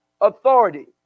authority